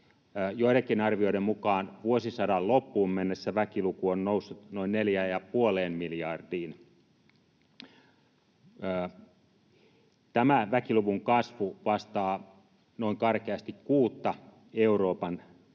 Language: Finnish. joidenkin arvioiden mukaan vuosisadan loppuun mennessä väkiluku on noussut noin 4,5 miljardiin. Tämä väkiluvun kasvu vastaa karkeasti noin kuutta Euroopan